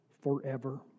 forever